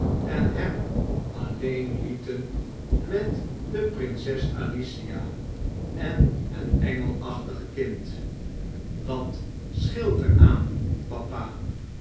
en hem alleen lieten met de prinses alicia en het engelachtige kindje wat scheelt er aad papa